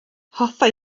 hoffai